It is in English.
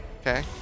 Okay